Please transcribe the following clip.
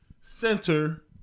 center